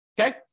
okay